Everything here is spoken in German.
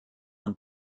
und